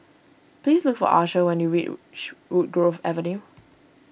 please look for Archer when you reach Woodgrove Avenue